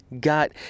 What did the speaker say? got